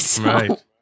Right